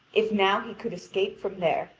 if now he could escape from there,